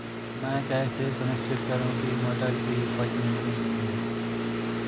मैं कैसे सुनिश्चित करूँ की मटर की उपज में नमी नहीं है?